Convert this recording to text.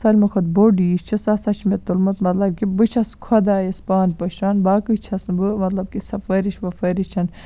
سالمہِ کھۄتہٕ بوٚڑ یہِ چھُ سُہ ہسا چھُ مےٚ تُلمُت مطلب کہِ بہٕ چھَس خدایَس پانہٕ پٔشراوان باقٕے چھَس نہٕ بہٕ مطلب کہِ سُفٲرِش وُفٲرِش چھےٚ نہٕ